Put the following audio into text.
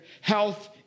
health